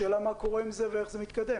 שאלה מה קורה עם זה ואיך זה מתקדם.